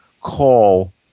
call